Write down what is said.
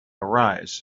arise